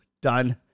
Done